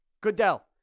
Goodell